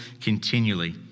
continually